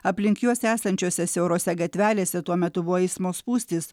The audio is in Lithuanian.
aplink juos esančiose siaurose gatvelėse tuo metu buvo eismo spūstys